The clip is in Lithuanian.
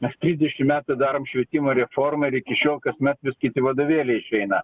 mes trisdešimt metų darom švietimo reformą ir iki šiol kasmet vis kiti vadovėliai išeina